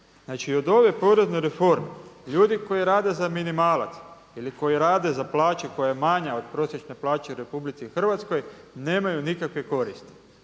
Znači od ove porezne reforme, ljudi koji rade za minimalac ili koji rade za plaću koja je manja od prosječne plaće u RH nemaju nikakve koristi.